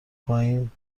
پایین